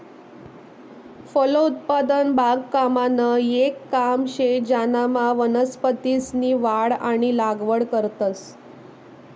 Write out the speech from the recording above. फलोत्पादन बागकामनं येक काम शे ज्यानामा वनस्पतीसनी वाढ आणि लागवड करतंस